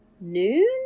Noon